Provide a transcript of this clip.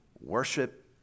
worship